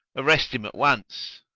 arrest him at once,